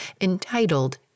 entitled